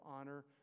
honor